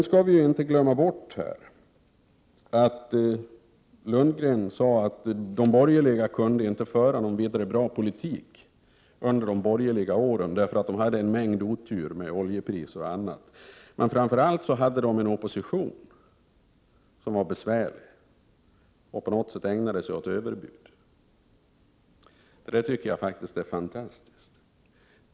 Vi skall inte heller glömma bort att Bo Lundgren sade att de borgerliga inte kunde föra någon vidare bra politik under sina regeringsår därför att de hade otur med oljepriser och annat. Och framför allt hade de en opposition som var besvärlig och ägnade sig åt överbud. Det är ett fantastiskt uttalande.